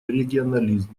регионализм